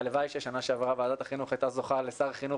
הלוואי ששנה שעברה ועדת החינוך הייתה זוכה לשר חינוך